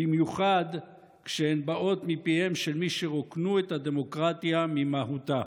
במיוחד כשהן באות מפיהם של מי שרוקנו את הדמוקרטיה ממהותה.